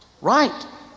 Right